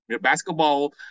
basketball